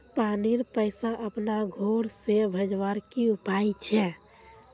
पानीर पैसा अपना घोर से भेजवार की उपाय छे?